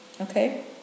okay